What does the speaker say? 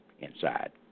inside